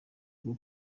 bwo